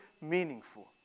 Meaningful